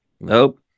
Nope